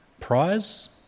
prize